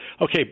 Okay